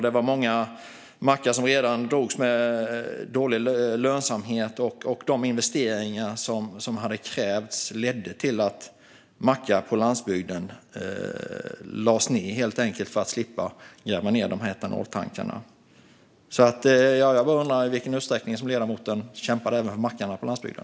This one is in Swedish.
Det var många mackar som redan drogs med dålig lönsamhet, och de investeringar som hade krävts ledde till att mackar på landsbygden helt enkelt lades ned för att man skulle slippa gräva ned dessa etanoltankar. Jag undrar därför bara i vilken utsträckning som ledamoten kämpade även för mackarna på landsbygden.